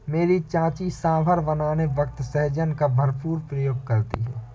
मेरी चाची सांभर बनाने वक्त सहजन का भरपूर प्रयोग करती है